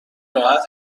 راحت